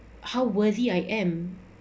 how worthy I am